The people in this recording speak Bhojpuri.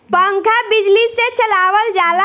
पंखा बिजली से चलावल जाला